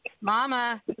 Mama